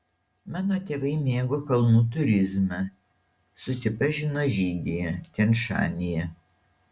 mano tėvai mėgo kalnų turizmą susipažino žygyje tian šanyje